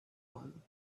one